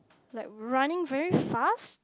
like running very fast